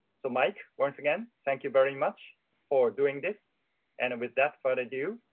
so mike, once again, thank you very much for doing this and without further ado,